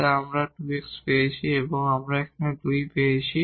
তা আমরা 2 x পেয়েছি এবং আমরা এখানে 2 পেয়েছি